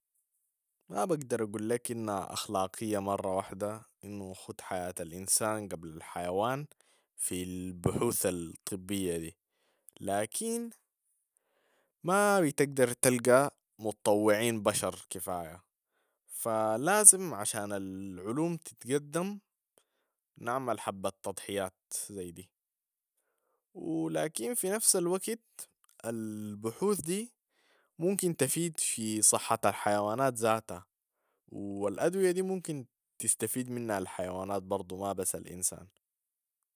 ما بقدر اقول ليك أنها أخلاقية مرة واحدة أنو نخت حياة الإنسان قبل الحيوان في البحوث الطبية، لكن ما بتقدر تلقى مطوعين بشر كفاية، فلازم عشان العلوم تتقدم نعمل حبة تضحيات زي دي و لكن في نفس الوقت البحوث دي ممكن تفيد في صحة الحيوانات ذاتها و الأدوية دي ممكن تستفيد منها الحيوانات برضو ما بس الإنسان.